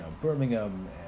Birmingham